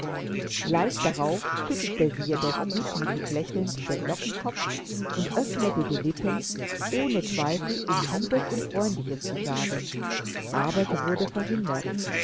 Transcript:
gleich darauf schüttelte sie jedoch gutmütig lächelnd den lockenkopf und öffnete die lippen ohne zweifel um liebes und freundliches zu sagen aber sie wurde verhindert